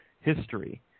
history